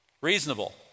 Reasonable